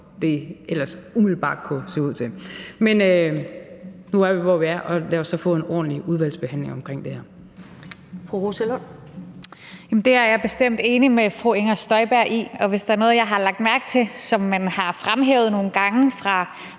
Det er jeg bestemt enig med fru Inger Støjberg i, og hvis der er noget, jeg har lagt mærke til, som man har fremhævet nogle gange fra